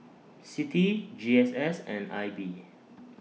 CITI G S S and I B